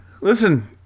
Listen